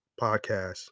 podcast